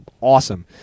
awesome